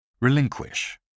Relinquish